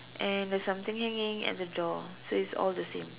and there's something hanging at the door so it's all the same